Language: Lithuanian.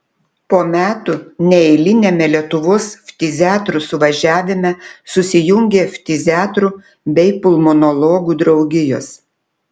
po metų neeiliniame lietuvos ftiziatrų suvažiavime susijungė ftiziatrų bei pulmonologų draugijos